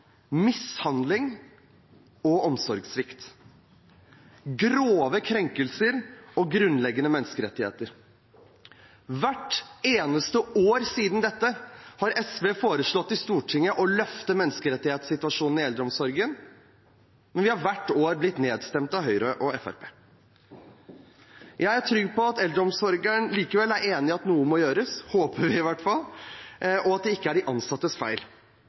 mishandling og omsorgssvikt – m.a.o. grove krenkelser av grunnleggende menneskerettigheter.» Hvert eneste år siden dette har SV foreslått i Stortinget å løfte menneskerettighetssituasjonen i eldreomsorgen, men vi har hvert år blitt nedstemt av Høyre og Fremskrittspartiet. Jeg er likevel trygg på at eldreomsorgen er enig i at noe må gjøres – det håper jeg i hvert fall – for det er ikke de ansattes feil.